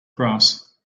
grass